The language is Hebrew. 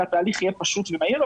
והתהליך יהיה פשוט ומהיר.